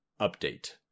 update